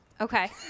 Okay